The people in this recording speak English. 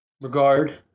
regard